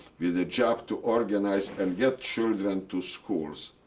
with the job to organize and get children to schools.